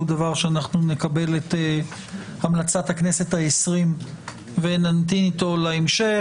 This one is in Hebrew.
הוא דבר שנקבל את המלצת הכנסת ה-20 ונמתין איתו להמשך